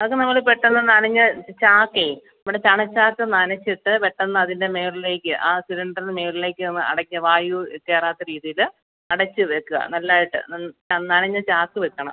അതൊക്കെ നമ്മള് പെട്ടെന്ന് നനഞ്ഞ ചാക്കേ നമ്മുടെ ചണചാക്ക് നനച്ചിട്ട് പെട്ടെന്ന് അതിന്റെ മേളിലേക്ക് ആ സിലിണ്ടറിന് മേളിലേക്ക് ഒന്ന് അടയ്ക്കുക വായു കയറാത്ത രീതിയിൽ അടച്ച് വെയ്ക്കുക നല്ലായിട്ട് അ നനഞ്ഞ ചാക്ക് വെക്കണം